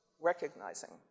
recognizing